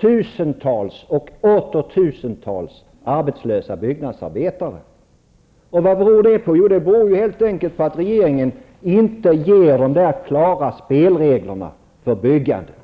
Tusentals och åter tusentals byggnadsarbetare är arbetslösa. Vad beror det på? Jo, det beror helt enkelt på att regeringen inte kommer med klara spelregler för byggandet.